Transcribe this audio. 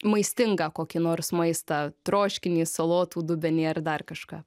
maistingą kokį nors maistą troškinį salotų dubenį ar dar kažką